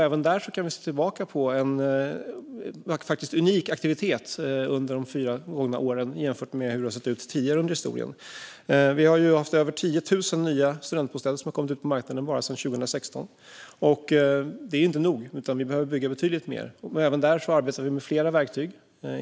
Även där kan vi se tillbaka på en unik aktivitet under de fyra gångna åren jämfört med hur det har sett ut tidigare i historien. Över 10 000 nya studentbostäder har kommit ut på marknaden bara sedan 2016. Det är inte nog; vi behöver bygga betydligt mer. Även där arbetar vi med flera verktyg.